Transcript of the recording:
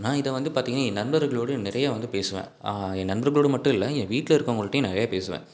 நான் இதை வந்து பார்த்தீங்கன்னா என் நண்பர்களுடைய நிறைய வந்து பேசுவேன் என் நண்பர்களோட மட்டும் இல்லை என் வீட்டில இருக்கிறவங்கள்டையும் நிறைய பேசுவேன்